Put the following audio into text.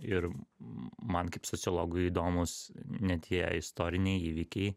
ir m man kaip sociologui įdomūs ne tie istoriniai įvykiai